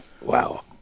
Wow